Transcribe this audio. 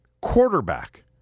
Quarterback